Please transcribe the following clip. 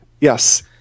Yes